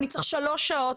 אני צריך שלוש שעות,